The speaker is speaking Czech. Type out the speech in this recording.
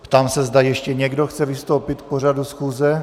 Ptám se, zda ještě někdo chce vystoupit k pořadu schůze.